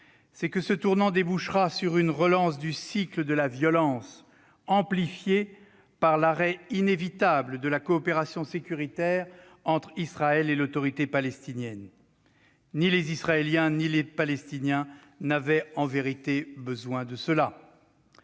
c'est que ce tournant débouchera sur une relance du cycle de la violence, amplifiée par l'arrêt inévitable de la coopération sécuritaire entre Israël et l'Autorité palestinienne. Ni les Israéliens ni les Palestiniens n'avaient besoin de cela !